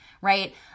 right